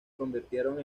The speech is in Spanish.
convirtieron